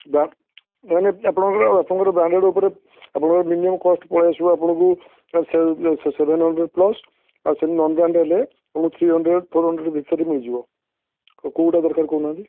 ମାନେ ଆପଣଙ୍କର ଆପଣଙ୍କର ବ୍ରାଣ୍ଡେଡ଼୍ ଉପରେ ଆପଣଙ୍କର ମିନିମମ୍ କଷ୍ଟ୍ ପଳାଇ ଆସିବ ଆପଣଙ୍କୁ ସେଭେନ୍ ହଣ୍ଡ୍ରେଡ଼୍ ପ୍ଲସ୍ ଆଉ ସେଇ ନନ୍ ବ୍ରାଣ୍ଡେଡ଼୍ ହେଲେ ଥ୍ରୀ ହଣ୍ଡ୍ରେଡ଼୍ ଫୋର୍ ହଣ୍ଡ୍ରେଡ଼୍ ଭିତରେ ମିଳିଯିବ କେଉଁଟା ଦରକାର କହୁନାହାନ୍ତି